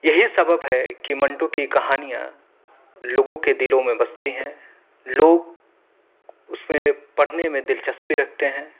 یہی سبب ہے کہ منٹو کی کہانیاں لوگوں کے دلوں میں بستی ہیں لوگ اس میں پڑھنے میں دلچسپی رکھتے ہیں